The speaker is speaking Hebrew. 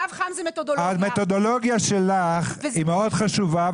אז המתודולוגיה שלך היא מאוד חשובה,